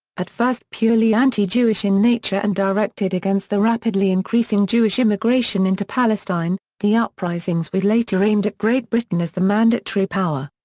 at first purely anti-jewish in nature and directed against the rapidly increasing jewish immigration into palestine, the uprisings were later aimed at great britain as the mandatory power.